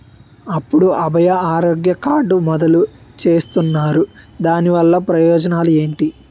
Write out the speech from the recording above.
ఎప్పుడు అభయ ఆరోగ్య కార్డ్ మొదలు చేస్తున్నారు? దాని వల్ల ప్రయోజనాలు ఎంటి?